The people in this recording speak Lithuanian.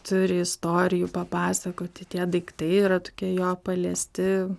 turi istorijų papasakoti tie daiktai yra tokie jo paliesti